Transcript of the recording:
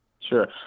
Sure